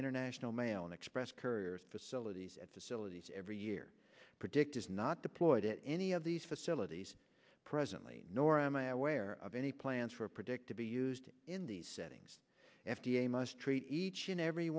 international mail and express couriers facilities at facilities every year predict is not deployed at any of these facilities presently nor am i aware of any plans for predict to be used in these settings f d a must treat each and every